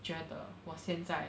觉得我现在